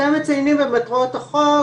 אתם מציינים במטרות החוק,